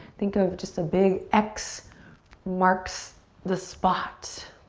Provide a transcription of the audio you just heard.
think of just the big x marks the spot.